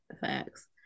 facts